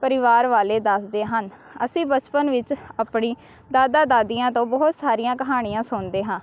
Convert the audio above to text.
ਪਰਿਵਾਰ ਵਾਲੇ ਦੱਸਦੇ ਹਨ ਅਸੀਂ ਬਚਪਨ ਵਿੱਚ ਆਪਣੀ ਦਾਦਾ ਦਾਦੀਆਂ ਤੋਂ ਬਹੁਤ ਸਾਰੀਆਂ ਕਹਾਣੀਆਂ ਸੁਣਦੇ ਹਾਂ